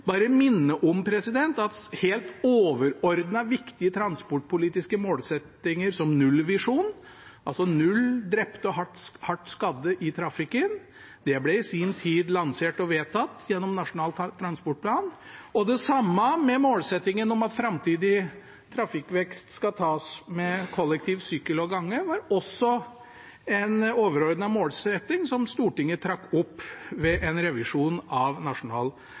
bare minner om at helt overordnede viktige transportpolitiske målsettinger, som nullvisjonen – altså null drepte og hardt skadde i trafikken –i sin tid ble lansert og vedtatt gjennom Nasjonal transportplan. Målsettingen om at framtidig trafikkvekst skal tas med kollektiv, sykkel og gange, var også en overordnet målsetting som Stortinget trakk opp ved en revisjon av Nasjonal